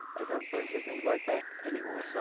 i don't suppose you think like that anymore,